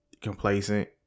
complacent